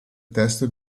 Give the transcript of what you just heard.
testo